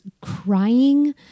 crying